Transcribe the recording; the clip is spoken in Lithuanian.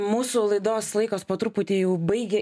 mūsų laidos laikas po truputį jau baigia